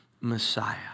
Messiah